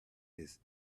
his